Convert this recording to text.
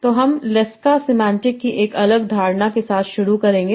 तो हम leska semantic की एक अलग धारणा के साथ शुरू करेंगे